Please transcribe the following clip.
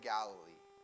Galilee